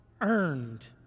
earned